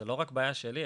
זו לא רק בעיה שלי,